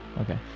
Okay